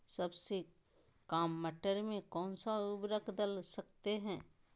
सबसे काम मटर में कौन सा ऊर्वरक दल सकते हैं?